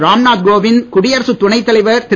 ராம்நாத் கோவிந்த் குடியரசத் துணைத்தலைவர் திரு